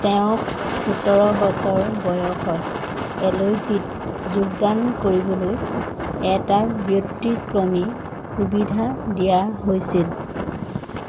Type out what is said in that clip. তেওঁক সোতৰ বছৰ বয়সত এল ই টিত যোগদান কৰিবলৈ এটা ব্যতিক্ৰমী সুবিধা দিয়া হৈছিল